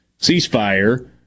Ceasefire